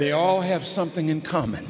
they all have something in common